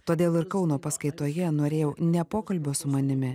todėl ir kauno paskaitoje norėjau ne pokalbio su manimi